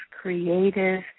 creative